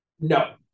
No